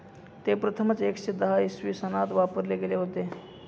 ते प्रथमच एकशे दहा इसवी सनात वापरले गेले होते